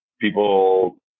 people